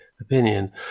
opinion